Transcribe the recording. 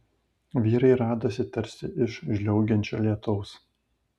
vyrai radosi tarsi iš žliaugiančio lietaus